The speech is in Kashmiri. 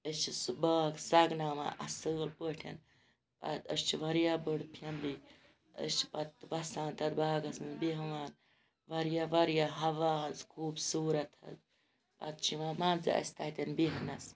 أسۍ چھِ سُہ باغ سَگناوان اَصل پٲٹھۍ أسۍ چھِ واریاہ بٔڑ فیملی أسۍ چھِ پَتہٕ وَسان تَتھ باغَس مَنٛز بیٚہوان واریاہ واریاہ ہَوا حظ خوٗبصوٗرَت حظ پَتہٕ چھُ یِوان مان ژٕ اَسہِ تَتیٚن بیٚہنَس